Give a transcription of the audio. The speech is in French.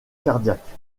cardiaque